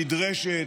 נדרשת,